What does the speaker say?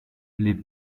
les